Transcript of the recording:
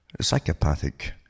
psychopathic